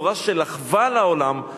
בשורה של אחווה לעולם,